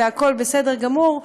והכול בסדר גמור,